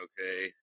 okay